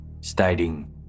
stating